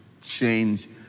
change